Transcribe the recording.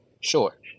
Sure